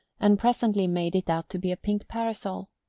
and presently made it out to be a pink parasol.